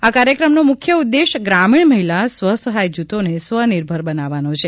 આ કાર્યક્રમ નો મુખ્ય ઉદેશ ગ્રામીણ મહિલા સ્વ સહાય જુથોને સ્વ નિર્ભર બનાવવા નો છે